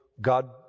God